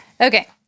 Okay